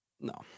no